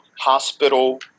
hospital